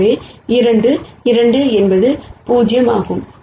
எனவே 2 2 என்பது 0 ஆகும்